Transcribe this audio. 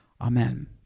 Amen